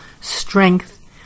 strength